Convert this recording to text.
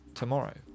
tomorrow